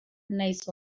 nahiz